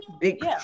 Big